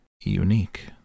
unique